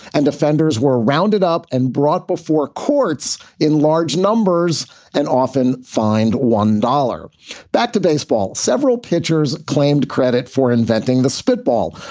and defenders were rounded up and brought before courts in large numbers and often find one dollars back to baseball. several pitchers claimed credit for inventing the spitball.